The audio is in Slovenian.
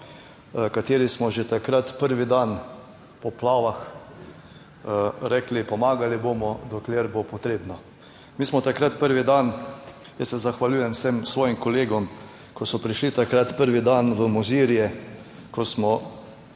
kateri smo že takrat prvi dan v poplavah rekli, pomagali bomo dokler bo potrebno. Mi smo takrat prvi dan, jaz se zahvaljujem vsem svojim kolegom, ki so prišli takrat prvi dan v Mozirje, ko smo